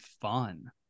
fun